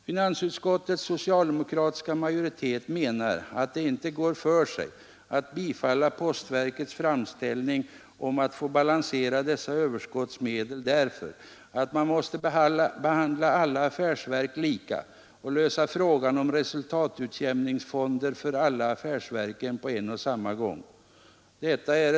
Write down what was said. Finansutskottets socialdemokratiska majoritet menar att det inte går för sig att bifalla postverkets framställning om att balansera dessa överskottsmedel därför att man måste behandla alla affärsverk lika och lösa frågan om resultatutjämningsfonder för alla affärsverken på en och samma gång. Detta obotfärdigas förhinder.